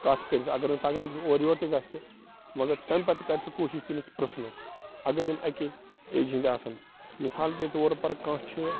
کَتھ کٔرِتھ اگر نہٕ تَگان تہِ چھِ اورٕ یورٕ تہِ گژھِ مگر تَمہِ پَتہٕ تہِ کَرِ سُہ کوٗشِش تٔمِس پرٛژھنُک اگر یِم اَکہِ ایجہِ ہِنٛدۍ آسَن مِثال کے طور پَر کانٛہہ چھِ